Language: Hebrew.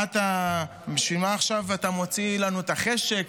מה אתה, בשביל מה עכשיו אתה מוציא לנו את החשק?